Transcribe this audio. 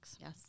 Yes